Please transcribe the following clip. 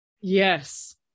Yes